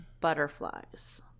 butterflies